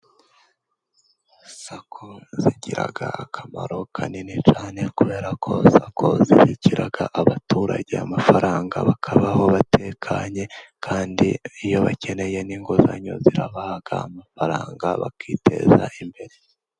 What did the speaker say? SACCO zigira akamaro kanini cyane kubera ko zibikira abaturage amafaranga bakabaho batekanye kandi iyo bakeneye n'inguzanyo zibaha amafaranga bakiteza imbere.